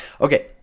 Okay